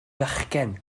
fachgen